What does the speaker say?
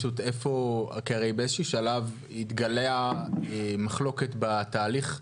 באיזשהו שלב התגלעה מחלוקת בתהליך,